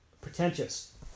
Pretentious